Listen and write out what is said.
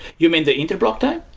you mean the inter block time?